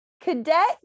cadet